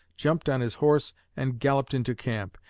jumped on his horse and galloped into camp.